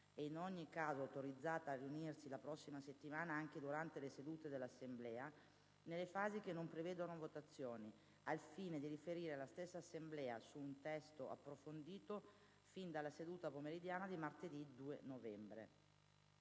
è in ogni caso autorizzata a riunirsi la prossima settimana, anche durante le sedute dell'Assemblea, nelle fasi che non prevedono votazioni, al fine di riferire alla stessa Assemblea su un testo approfondito fin dalla seduta pomeridiana di martedì 2 novembre.